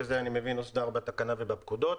שזה אני מבין הוסדר בתקנה ובפקודות.